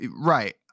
right